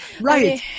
Right